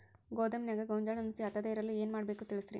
ಗೋದಾಮಿನ್ಯಾಗ ಗೋಂಜಾಳ ನುಸಿ ಹತ್ತದೇ ಇರಲು ಏನು ಮಾಡಬೇಕು ತಿಳಸ್ರಿ